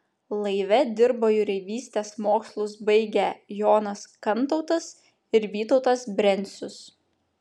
laive dirbo jūreivystės mokslus baigę jonas kantautas ir vytautas brencius